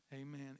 Amen